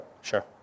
Sure